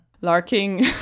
Larking